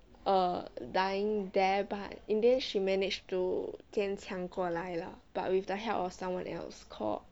err dying there but in the end she managed to 坚强过来 ah but with the help of someone else called